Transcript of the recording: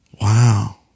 Wow